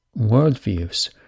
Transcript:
worldviews